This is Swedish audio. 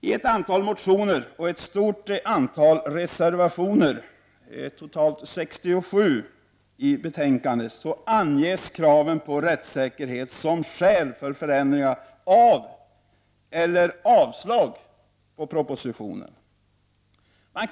I ett antal motioner och ett stort antal reservationer, totalt 67, anges kraven på rättssäkerhet som skäl för förändringar av eller avslag på propositionen.